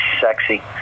sexy